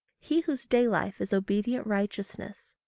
he whose day-life is obedient righteousness,